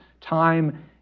time